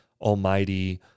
almighty